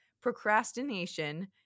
procrastination